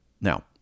Now